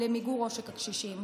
למיגור עושק הקשישים,